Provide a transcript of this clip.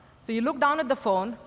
so, you look down at the phone,